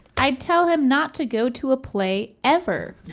i'd tell him not to go to a play ever.